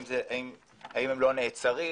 האם הם לא נעצרים,